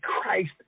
Christ